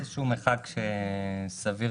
זה מרחק סביר